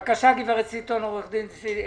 בבקשה, עו"ד סיטון.